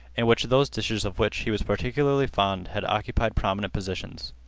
in which those dishes of which he was particularly fond had occupied prominent positions.